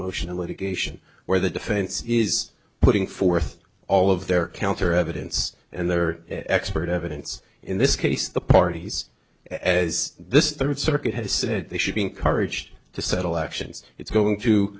motion of litigation where the defense is putting forth all of their counter evidence and their expert evidence in this case the parties as this third circuit has said they should be encouraged to settle actions it's going to